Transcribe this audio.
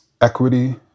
equity